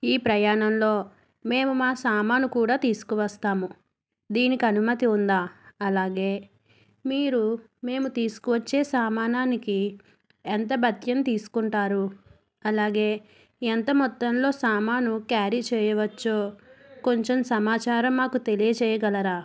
ఈ ప్రయాణంలో మేము మా సామాను కూడా తీసుకువస్తాము దీనికి అనుమతి ఉందా అలాగే మీరు మేము తీసుకువచ్చే సమానానికి ఎంత భత్యం తీసుకుంటారు అలాగే ఎంత మొత్తంలో సామాను క్యారీ చెయ్యవచ్చో కొంచెం సమాచారం మాకు తెలియజేయగలరా